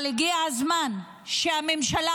אבל הגיע הזמן שהממשלה